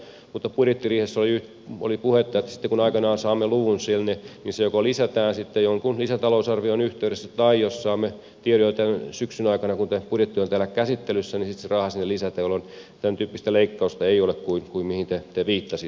mutta budjettiriihessä oli puhetta että sitten kun aikanaan saamme luvun sinne se joko lisätään sitten jonkun lisätalousarvion yhteydessä tai jos saamme tiedon jo tämän syksyn aikana kun tämä budjetti on täällä käsittelyssä niin sitten se raha sinne lisätään jolloin tämäntyyppistä leikkausta ei ole kuin mihin te viittasitte